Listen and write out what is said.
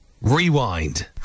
Rewind